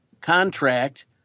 contract